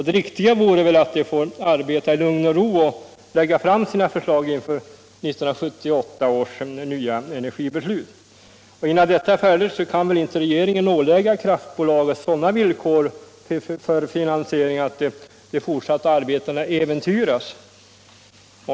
Det riktiga vore väl att den fick arbeta i lugn och ro för att lägga fram sina förslag inför 1978 års nya energibeslut. Innan detta är färdigt kan regeringen knappast ålägga kraftbolaget sådana villkor för finansieringen att de fortsatta arbetena äventyras.